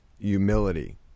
humility